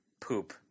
Poop